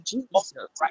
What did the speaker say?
Jesus